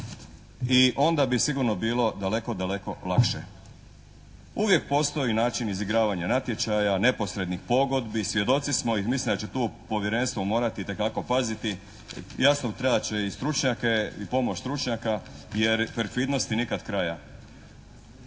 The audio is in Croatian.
i onda bi sigurno bilo daleko daleko lakše. Uvijek postoji način izigravanja natječaja, neposrednih pogodbi, svjedoci smo i mislim da će tu povjerenstvo morati itekako paziti. Jasno trebati će i stručnjake i pomoć stručnjaka jer perfidnosti nikad kraja.